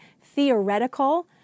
theoretical